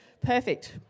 Perfect